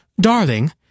Darling